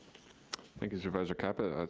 thank you, supervisor caput,